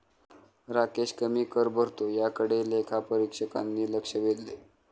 राकेश कमी कर भरतो याकडे लेखापरीक्षकांनी लक्ष वेधले